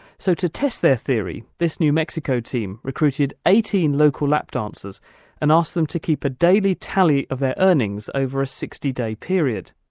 so, to test out their theory, this new mexico team recruited eighteen local lap dancers and asked them to keep a daily tally of their earnings over a sixty day period.